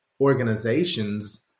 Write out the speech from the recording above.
organizations